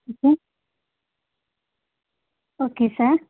okay okay sir